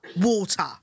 water